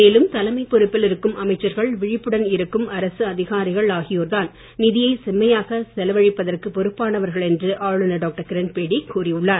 மேலும் தலைமைப் பொறுப்பில் இருக்கும் அமைச்சர்கள் விழிப்புடன் இருக்கும் அரசு அதிகாரிகள் ஆகியோர்தான் நிதியை செம்மையாக செலவழிப்பதற்கு பொறுப்பானவர்கள் என்று ஆளுநர் டாக்டர் கிரண்பேடி கூறியுள்ளார்